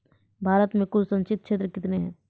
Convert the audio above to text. भारत मे कुल संचित क्षेत्र कितने हैं?